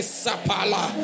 sapala